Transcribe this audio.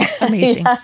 Amazing